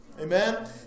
Amen